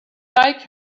like